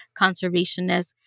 conservationists